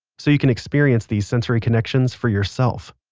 so you can experience these sensory connections for yourself.